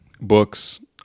books